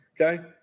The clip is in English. Okay